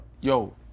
yo